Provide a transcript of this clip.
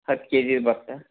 ಹತ್ತು ಕೆ ಜಿದ್ ಬರುತ್ತೆ